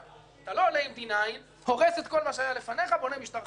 אתה לא הורס הכול, ובונה משטר חדש.